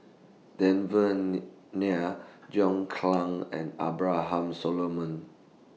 Devan Nair John Clang and Abraham Solomon